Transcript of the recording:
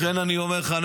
לכן אני אומר לך,